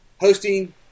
hosting